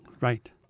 Right